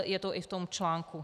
Je to i v tom článku.